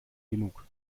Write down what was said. genug